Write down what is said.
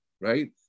Right